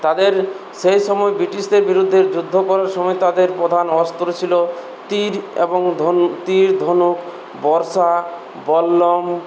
তাঁদের সেই সময় ব্রিটিশদের বিরুদ্ধে যুদ্ধ করার সময় তাঁদের প্রধান অস্ত্র ছিল তির এবং ধনুক তির ধনুক বর্শা বল্লম